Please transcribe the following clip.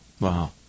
Wow